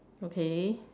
okay